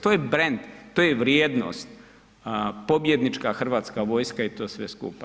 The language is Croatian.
To je brend, to je vrijednost, pobjednička Hrvatska vojska i to sve skupa.